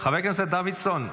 חבר הכנסת דוידסון,